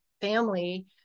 family